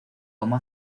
como